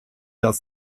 das